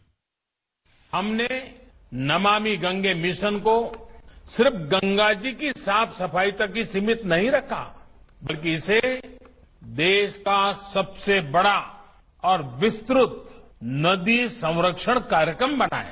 bite हमने Namami Gange mission को सिर्फ गंगा जी की साफ सफाई तक ही सीमित नहीं रखा बल्कि इसे देश का सबसे बड़ा और विस्तृत नदी संरक्षण कार्यक्रम बनाया